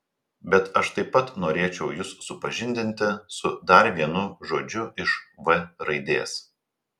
bet aš taip pat norėčiau jus supažindinti su dar vienu žodžiu iš v raidės